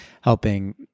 helping